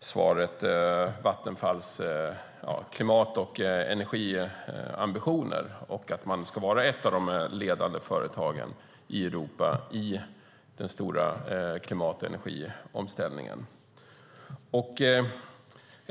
svaret upp Vattenfalls klimat och energiambitioner och att man ska vara ett av de ledande företagen i Europa i den stora klimat och energiomställningen.